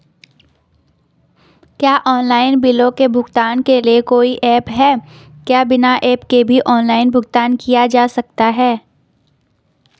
क्या ऑनलाइन बिलों के भुगतान के लिए कोई ऐप है क्या बिना ऐप के भी ऑनलाइन भुगतान किया जा सकता है?